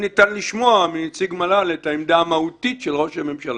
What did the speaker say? האם ניתן לשמוע מנציג המל"ל את העמדה המהותית של ראש הממשלה?